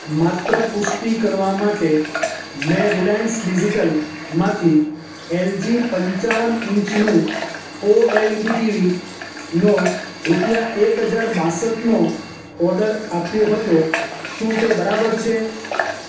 માત્ર પુષ્ટિ કરવા માટે મેં રિલાયન્સ ડિજિટલમાંથી એલજી પંચાવન ઇંચનું ઓએલઇડી ટીવીનો રૂપિયા એક હજાર બાસઠનો ઓડર આપ્યો હતો શું તે બરાબર છે